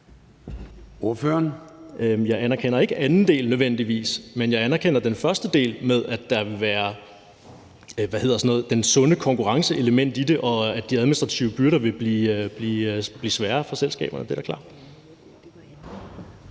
Jeg anerkender ikke anden del, nødvendigvis. Men jeg anerkender den første del med, at der vil være, hvad hedder sådan noget, et element af den sunde konkurrence i det, og at de administrative byrder vil blive sværere for selskaberne.